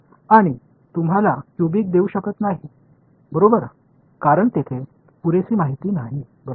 मी तुम्हाला क्यूबिक देऊ शकत नाही बरोबर कारण तेथे पुरेशी माहिती नाही बरोबर आहे